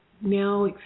now